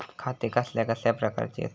खाते कसल्या कसल्या प्रकारची असतत?